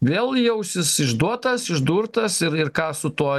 vėl jausis išduotas išdurtas ir ir ką su tuo